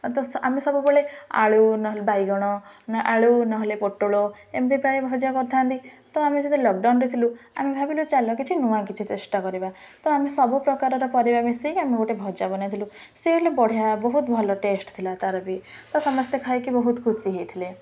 ତ ଆମେ ସବୁବେଳେ ଆଳୁ ନହେଲେ ବାଇଗଣ ଆଳୁ ନହେଲେ ପୋଟଳ ଏମିତି ପ୍ରାୟ ଭଜା କରିଥାନ୍ତି ତ ଆମେ ଯଦି ଲକଡାଉନରେ ଥିଲୁ ଆମେ ଭାବିଲୁ ଚାଲ କିଛି ନୂଆ କିଛି ଚେଷ୍ଟା କରିବା ତ ଆମେ ସବୁ ପ୍ରକାରର ପରିବା ମିଶାଇକି ଆମେ ଗୋଟେ ଭଜା ବନାଇଥିଲୁ ସେ ହେଲେ ବଢ଼ିଆ ବହୁତ ଭଲ ଟେଷ୍ଟ ଥିଲା ତା'ର ବି ତ ସମସ୍ତେ ଖାଇକି ବହୁତ ଖୁସି ହେଇଥିଲେ